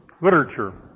literature